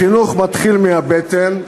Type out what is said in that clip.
החינוך מתחיל מהבטן.